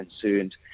concerned